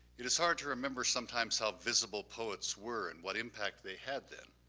it is hard to remember sometimes how visible poets were and what impact they had then.